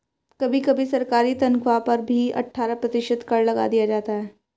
कभी कभी सरकारी तन्ख्वाह पर भी अट्ठारह प्रतिशत कर लगा दिया जाता है